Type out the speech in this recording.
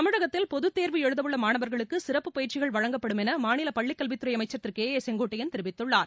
தமிழகத்தில் பொதுத் தேர்வு எழுதவுள்ள மாணவர்களுக்கு சிறப்புப் பயிற்சிகள் வழங்கப்படும் என மாநில பள்ளிக்கல்வித்துறை அமைச்சர் திரு கே ஏ செங்கோட்டையன் தெரிவித்துள்ளார்